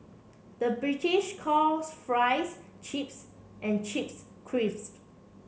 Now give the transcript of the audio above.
the British calls fries chips and chips crisps